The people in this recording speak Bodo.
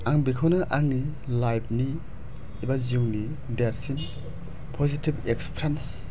आं बेखौनो आंनि लाइफनि बा जिउनि देरसिन पजिटिभ इकस्फिरेन्स